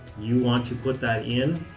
you want to put that in.